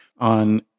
on